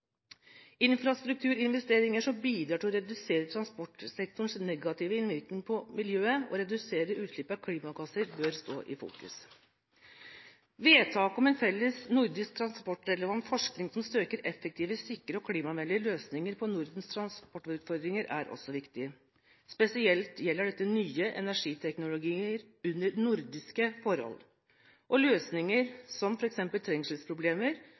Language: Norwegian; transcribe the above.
Infrastrukturinvesteringer som bidrar til å redusere transportsektorenes negative innvirkning på miljøet og redusere utslipp av klimagasser, bør stå i fokus. Vedtaket om en felles nordisk transportrelevant forskning som søker effektive, sikre og klimavennlige løsninger på Nordens transportutfordringer, er også viktig. Spesielt gjelder dette nye energiteknologier under nordiske forhold, og løsninger på f.eks. trengselsproblemer,